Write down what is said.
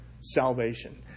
salvation